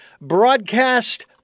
broadcast